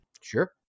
Sure